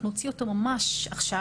אנחנו נוציא אותו ממש עכשיו,